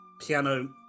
piano